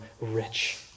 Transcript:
rich